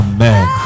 Amen